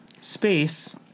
space